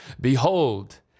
behold